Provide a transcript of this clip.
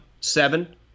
seven